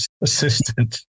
assistant